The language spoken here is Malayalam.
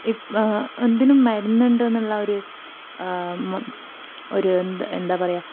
ഇപ്പം എന്തിനും മരുന്നുണ്ട് എന്നുള്ള ആ ഒരു ഒരു എന്താ പറയുക